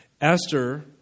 Esther